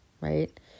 Right